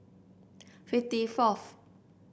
fifty fourth